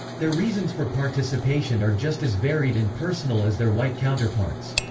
their reasons for participation are just as varied and personal as their white counterparts.